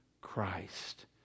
Christ